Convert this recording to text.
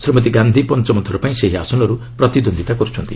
ଶ୍ରୀମତି ଗାନ୍ଧି ପଞ୍ଚମଥର ପାଇଁ ସେହି ଆସନରୁ ପ୍ରତିଦ୍ୱନ୍ଦିତା କରୁଛନ୍ତି